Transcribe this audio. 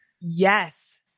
Yes